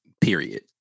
Period